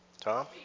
Tom